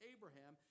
Abraham